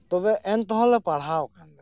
ᱛᱚᱵᱮ ᱮᱱᱛᱮ ᱦᱚᱸ ᱞᱮ ᱯᱟᱲᱦᱟᱣ ᱠᱟᱱᱟ